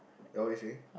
ya what you saying